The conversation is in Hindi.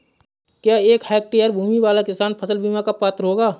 क्या एक हेक्टेयर भूमि वाला किसान फसल बीमा का पात्र होगा?